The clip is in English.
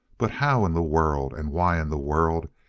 but how in the world, and why in the world,